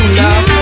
love